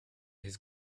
his